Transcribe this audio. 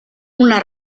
una